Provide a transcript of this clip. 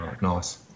nice